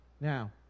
Now